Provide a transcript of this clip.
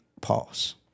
pause